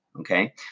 okay